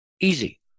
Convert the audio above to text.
Easy